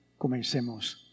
comencemos